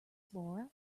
flora